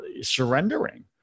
surrendering